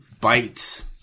bites